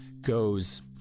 goes